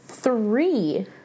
three